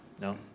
No